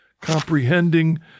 comprehending